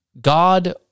God